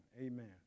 Amen